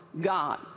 God